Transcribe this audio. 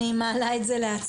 אני מעלה את זה להצבעה.